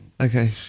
Okay